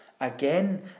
Again